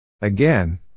Again